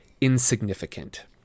insignificant